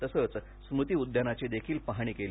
तसेच स्मृति उद्यानाची देखील पाहणी केली